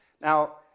Now